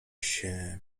się